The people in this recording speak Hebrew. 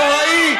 הנוראי,